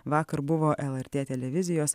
vakar buvo lrt televizijos